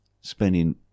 spending